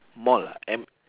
mall ah M